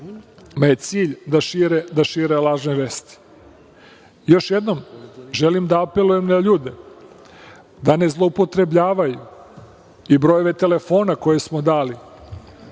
je cilj da šire lažne vesti. Još jednom želim da apelujem na ljude da ne zloupotrebljavaju i brojeve telefona koje smo dali